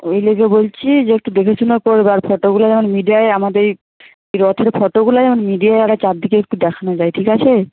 ওই লেগে বলছি যে একটু দেখেশুনে করবে আর ফটোগুলো যেমন মিডিয়ায় আমাদের এই এই রথের ফটোগুলো যেমন মিডিয়ায় আরে চারদিকে একটু দেখানো যায় ঠিক আছে